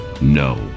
No